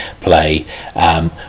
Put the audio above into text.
play